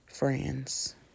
Friends